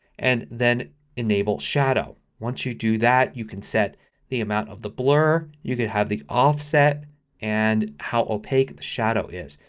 and then enable shadow. once you do that you can set the amount of the blur. you can have the offset and how opaque the shadow is.